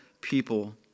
people